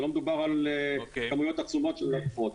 לא מדובר על כמויות עצומות של לקוחות.